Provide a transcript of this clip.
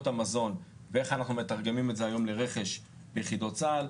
המזון ואיך אנחנו מתרגמים את זה לרכש ביחידות צה"ל.